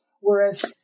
Whereas